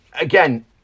again